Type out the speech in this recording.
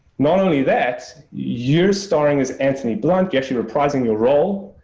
not only that, you're starring as anthony blunt, you're actually reprising your role,